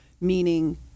meaning